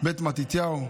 בית מתתיהו,